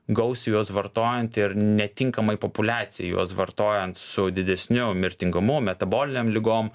gausiu juos vartojant ir netinkamai populiacijai juos vartojant su didesniu mirtingumu metabolinėm ligom